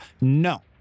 No